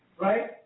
Right